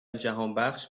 جهانبخش